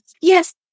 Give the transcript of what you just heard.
yes